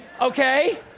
okay